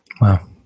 Wow